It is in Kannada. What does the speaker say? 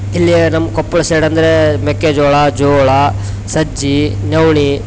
ಇಲ್ಲಿ ನಮ್ಮ ಕೊಪ್ಪಳ ಸೈಡ್ ಅಂದ್ರೆ ಮೆಕ್ಕೆಜೋಳ ಜೋಳ ಸಜ್ಜೆ ನವಣೆ